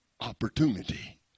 Opportunity